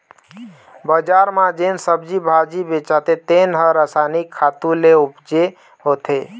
बजार म जेन सब्जी भाजी बेचाथे तेन ह रसायनिक खातू ले उपजे होथे